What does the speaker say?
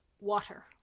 water